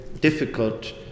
difficult